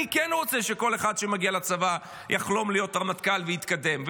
אני כן רוצה שכל אחד שמגיע לצבא יחלום להיות רמטכ"ל ויתקדם,